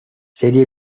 serie